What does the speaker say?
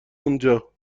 اونجا